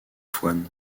fouan